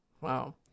wow